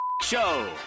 show